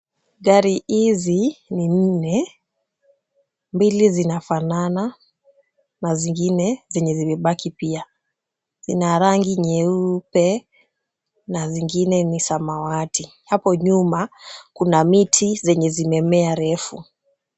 Gari hizi ni nne, mbili zinafanana na zingine zenye zimebaki pia. Zina rangi nyeupe, na zingine ni samawati. Hapo nyuma kuna miti zenye zimemea refu.